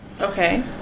Okay